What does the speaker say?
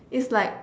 is like